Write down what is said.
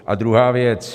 A druhá věc.